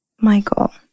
Michael